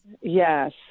yes